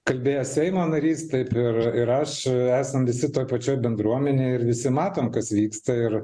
kalbėjo seimo narys taip ir ir aš esam visi toj pačioj bendruomenėj ir visi matom kas vyksta ir